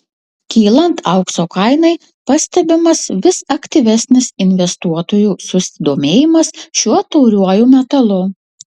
kylant aukso kainai pastebimas vis aktyvesnis investuotojų susidomėjimas šiuo tauriuoju metalu